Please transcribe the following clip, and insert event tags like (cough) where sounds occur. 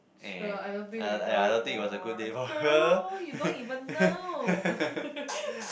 sh~ uh the I don't think we've travelled uh girl you don't even know (laughs)